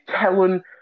telling